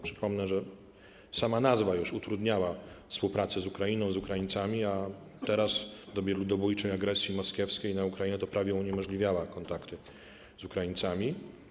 Przypomnę, że sama nazwa już utrudniała współpracę z Ukrainą, z Ukraińcami, a teraz, w dobie ludobójczej agresji moskiewskiej na Ukrainę, prawie uniemożliwiała kontakty z Ukraińcami.